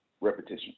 repetition